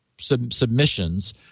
submissions